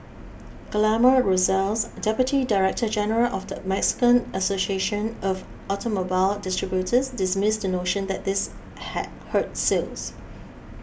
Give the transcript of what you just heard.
Guillermo Rosales Deputy Director General of the Mexican Association of Automobile Distributors dismissed the notion that this had hurt sales